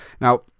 Now